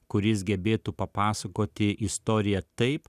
kuris gebėtų papasakoti istoriją taip